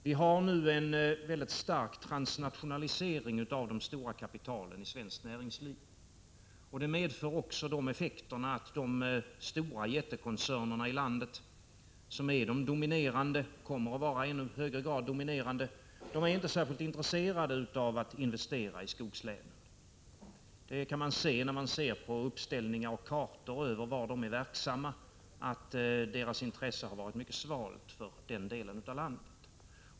Det sker nu en mycket stark transnationalisering av de stora kapitalen i svenskt näringsliv, och det har de effekterna att de stora jättekoncernerna i landet, som är dominerande och kommer att vara i ännu högre grad dominerande, inte är särskilt intresserade av att investera i skogslänen. Man kan se på uppställningar och kartor över var de är verksamma att deras intresse har varit mycket svalt för den delen av landet.